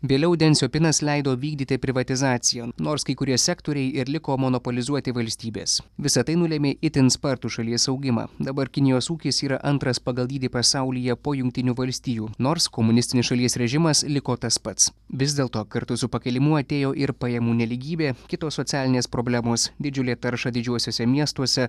vėliau den siopinas leido vykdyti privatizaciją nors kai kurie sektoriai ir liko monopolizuoti valstybės visa tai nulėmė itin spartų šalies augimą dabar kinijos ūkis yra antras pagal dydį pasaulyje po jungtinių valstijų nors komunistinės šalies režimas liko tas pats vis dėlto kartu su pakilimu atėjo ir pajamų nelygybė kitos socialinės problemos didžiulė tarša didžiuosiuose miestuose